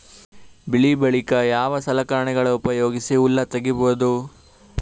ಬೆಳಿ ಬಳಿಕ ಯಾವ ಸಲಕರಣೆಗಳ ಉಪಯೋಗಿಸಿ ಹುಲ್ಲ ತಗಿಬಹುದು?